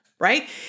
right